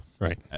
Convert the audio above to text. Right